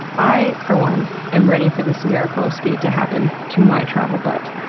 i, for one, am ready for this miracle of speed to happen to my travel butt.